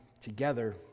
together